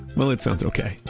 well, it sounds okay.